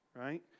Right